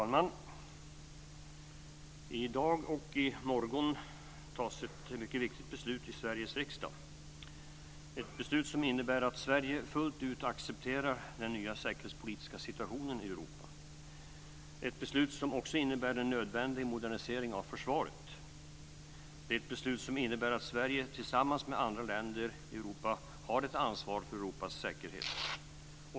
Fru talman! I dag och i morgon fattas ett mycket viktigt beslut i Sveriges riksdag. Det är ett beslut som innebär att Sverige fullt ut accepterar den nya säkerhetspolitiska situationen i Europa. Beslutet innebär också en nödvändig modernisering av försvaret. Det är ett beslut som innebär att Sverige tillsammans med andra länder i Europa har ett ansvar för Europas säkerhet.